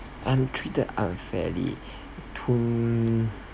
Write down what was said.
I'm treated unfairly tune